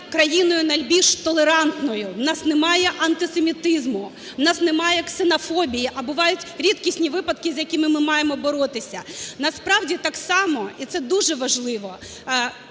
країною найбільш толерантною. У нас немає антисемітизму, у нас немає ксенофобії, а бувають рідкісні випадки, з якими ми маємо боротися. Насправді, так само, і це дуже важливо,